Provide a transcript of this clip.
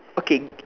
okay